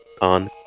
on